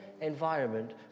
environment